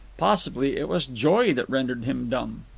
possibly it was joy that rendered him dumb.